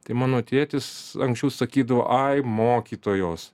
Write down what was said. tai mano tėtis anksčiau sakydavo ai mokytojos